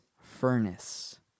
furnace